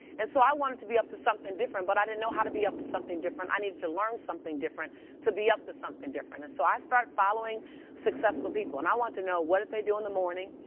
and so i wanted to be up to something different, but i didn't know how to be up to something different. i needed to learn something different to be up to something different. and so i start following successful people. and i wanted to know, what did they do in the morning?